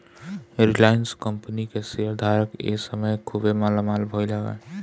Reliance company के share धारक ए समय खुबे मालामाल भईले हवे